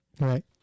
Right